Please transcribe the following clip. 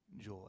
joy